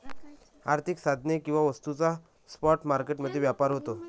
आर्थिक साधने किंवा वस्तूंचा स्पॉट मार्केट मध्ये व्यापार होतो